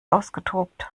ausgetobt